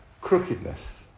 crookedness